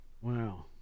Wow